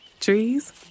Trees